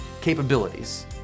capabilities